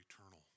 eternal